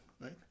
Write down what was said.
right